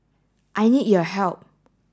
I need your help